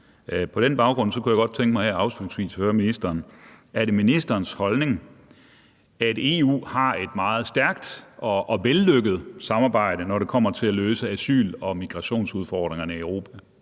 På den baggrund kunne jeg godt tænke mig her afslutningsvis at høre ministeren: Er det ministerens holdning, at EU har et meget stærkt og vellykket samarbejde, når det kommer til at løse asyl- og migrationsudfordringerne i Europa?